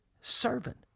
servant